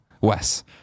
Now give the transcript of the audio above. Wes